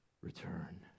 return